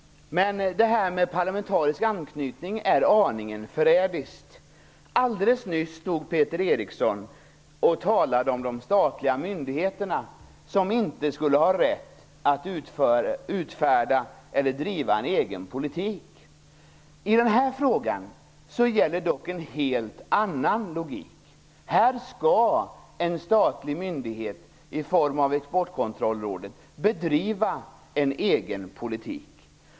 Men det här med parlamentarisk anknytning är aningen förrädiskt. Alldeles nyss stod Peter Eriksson och talade om att de statliga myndigheterna inte skulle ha rätt att utfärda och driva en egen politik. I den här frågan gäller dock en helt annan logik. Här skall en statlig myndighet i form av Exportkontrollrådet bedriva en egen politik.